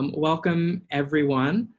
um welcome, everyone.